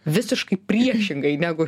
visiškai priešingai negu